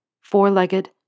Four-legged